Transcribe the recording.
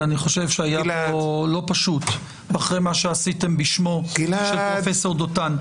כי אני חושב שהיה פה לא פשוט אחרי מה שעשיתם בשמו של פרופ' דותן.